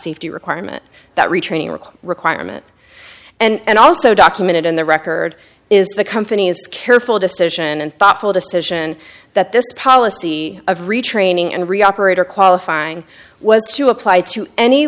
safety requirement that retraining require requirement and also documented in the record is the company's careful decision and thoughtful decision that this policy of retraining and re operator qualifying was to apply to any